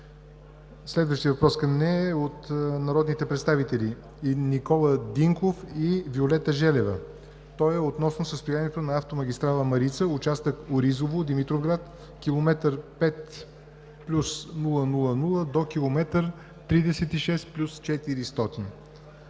Следващият въпрос към нея е от народните представители Никола Динков и Виолета Желева. Той е относно състоянието на автомагистрала „Марица“, участък Оризово – Димитровград км 5+000 до км 36+400.